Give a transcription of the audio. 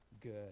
good